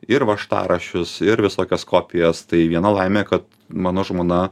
ir važtaraščius ir visokias kopijas tai viena laimė kad mano žmona